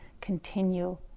continue